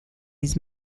his